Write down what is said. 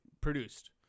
produced